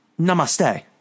namaste